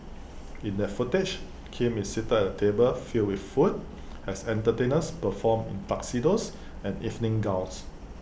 in that footage Kim is seated at A table filled with food as entertainers perform in tuxedos and evening gowns